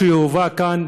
הם יקומו ויעזבו את הארץ,